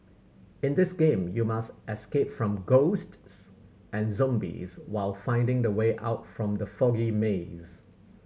in this game you must escape from ghosts and zombies while finding the way out from the foggy maze